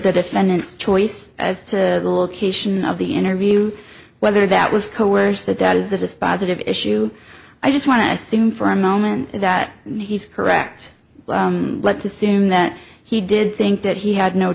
the defendant choice as to the location of the interview whether that was coerced that that is the dispositive issue i just want to assume for a moment that he's correct let's assume that he did think that he had no